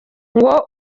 ngo